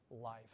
life